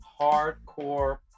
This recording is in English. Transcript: hardcore